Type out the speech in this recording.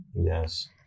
Yes